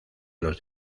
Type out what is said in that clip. los